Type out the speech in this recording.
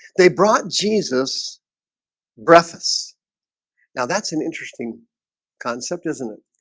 they brought jesus breakfast now that's an interesting concept isn't it?